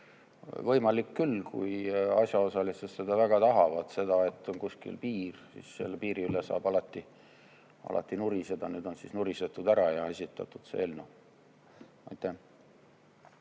võimalik küll, kui asjaosalised seda väga tahavad. Seda, et on kuskil piir, siis selle piiri üle saab alati nuriseda. Nüüd on siis nurisetud ära ja esitatud see eelnõu. Tänan!